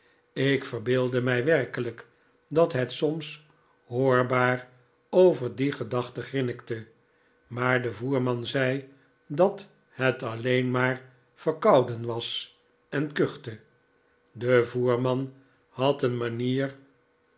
ik verbeeldde mij werkelijk dat het soms hoorbaar oyer die gedachte grinnikte maar de voerman zei dat het alleen maar verkouden was en kuchte de voerman had een manier